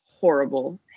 horrible